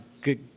Good